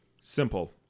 Simple